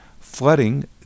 flooding